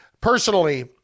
Personally